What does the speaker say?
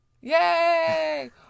Yay